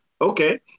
okay